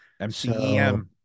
mcem